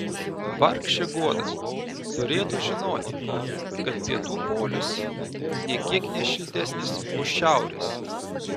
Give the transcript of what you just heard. vargšė guoda turėtų žinoti kad pietų polius nė kiek ne šiltesnis už šiaurės